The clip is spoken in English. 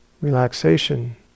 relaxation